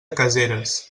caseres